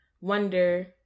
wonder